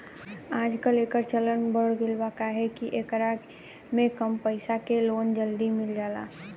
आजकल, एकर चलन बढ़ गईल बा काहे कि एकरा में कम पईसा के लोन जल्दी मिल जाला